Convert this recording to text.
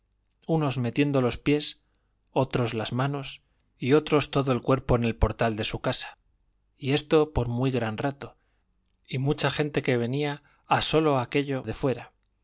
unos metiendo los pies otros las manos y otros todo el cuerpo en el portal de su casa y esto por muy gran rato y mucha gente que venía a sólo aquello de fuera